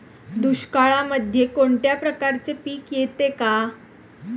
दुष्काळामध्ये कोणत्या प्रकारचे पीक येते का?